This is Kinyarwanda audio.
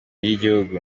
ry’igihugu